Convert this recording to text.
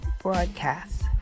Broadcast